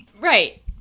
Right